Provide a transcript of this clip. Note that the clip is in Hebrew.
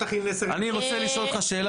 אני רוצה לשאול אותך שאלה,